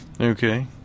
Okay